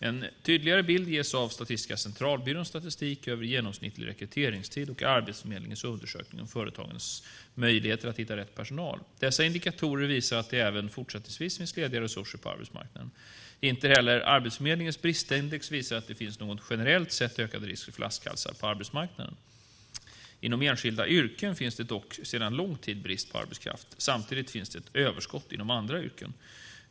En tydligare bild ges av Statistiska centralbyråns statistik över genomsnittlig rekryteringstid och Arbetsförmedlingens undersökning om företagens möjligheter att hitta rätt personal. Dessa indikatorer visar att det även fortsättningsvis finns lediga resurser på arbetsmarknaden. Inte heller Arbetsförmedlingens bristindex visar att det finns någon generellt sett ökad risk för flaskhalsar på arbetsmarknaden. Inom enskilda yrken finns det dock sedan lång tid brist på arbetskraft. Samtidigt finns det ett överskott inom andra yrken.